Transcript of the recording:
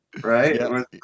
right